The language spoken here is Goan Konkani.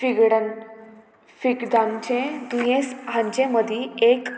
फिगडन फिगदांचें दुयेंस हांचें मदीं एक